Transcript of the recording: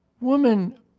woman